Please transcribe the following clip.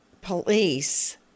police